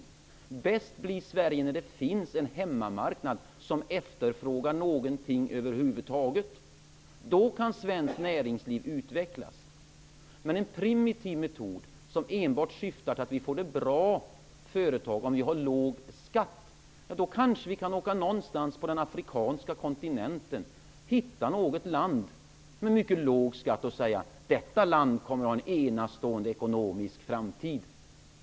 Sverige blir bäst när det finns en hemmamarknad som efterfrågar någonting över huvud taget. Då kan svenskt näringsliv utvecklas. Med en primitiv metod som enbart syftar till att vi får bra företag om vi har låg skatt kan vi kanske åka någonstans på den afrikanska kontinenten och hitta ett land med mycket låg skatt som vi tror kommer att ha en enastående ekonomisk framtid.